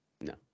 No